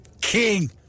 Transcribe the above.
king